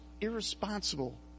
irresponsible